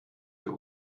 wir